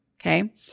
Okay